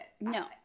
No